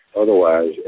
Otherwise